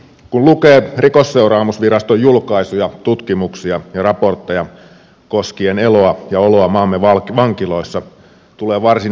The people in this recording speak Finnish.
kun lukee rikosseuraamusviraston julkaisuja tutkimuksia ja raportteja koskien eloa ja oloa maamme vankiloissa tulee varsin epämiellyttävä olo